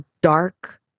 dark